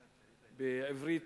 בעברית: